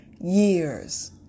years